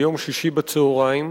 ביום שישי בצהריים.